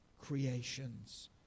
creations